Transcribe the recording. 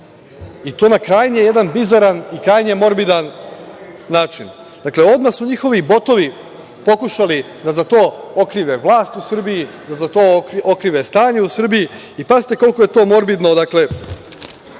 i to na krajnje jedan bizaran i morbidan način. Dakle, odmah su njihovi botovi pokušali da za to okrive vlast u Srbiji, da za to okrive stanje u Srbiji i pazite koliko je to morbidno, dakle,